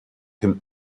him